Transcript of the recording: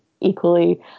equally